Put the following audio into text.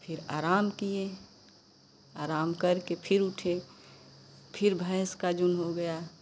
फिर आराम के लिए आराम करके फिर उठे फिर भैंस का जुन हो गया